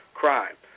crime